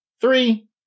three